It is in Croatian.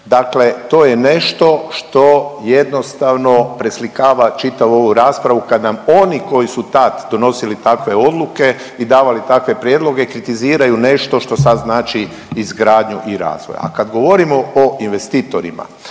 dakle to je nešto što jednostavno preslikava čitavu ovu raspravu kad nam oni koji su tad donosili takve odluke i davali takve prijedloge kritiziraju nešto što sad znači izgradnju i razvoj. A kad govorimo o investitorima